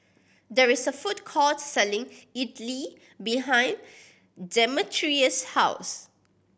there is a food court selling Idili behind Demetrius' house